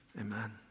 Amen